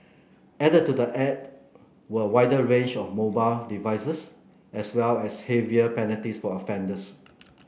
added to the act were a wider range of mobile devices as well as heavier penalties for offenders